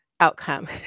outcome